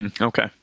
Okay